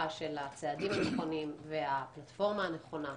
של הצעדים הנכונים והפלטפורמה הנכונה.